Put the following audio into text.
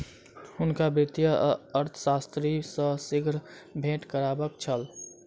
हुनका वित्तीय अर्थशास्त्री सॅ शीघ्र भेंट करबाक छल